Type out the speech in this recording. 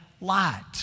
light